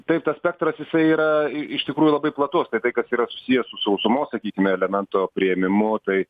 taip tas spektras jisai yra i iš tikrųjų labai platus tai tai kas yra susiję su sausumos sakykime elemento priėmimu tai